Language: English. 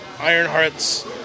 Ironheart's